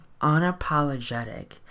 unapologetic